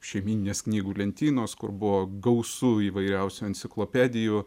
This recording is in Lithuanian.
šeimyninės knygų lentynos kur buvo gausu įvairiausių enciklopedijų